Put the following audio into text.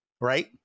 right